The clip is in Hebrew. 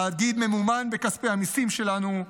התאגיד ממומן מכספי המיסים שלנו,